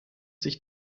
sich